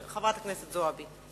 חברת הכנסת זועבי.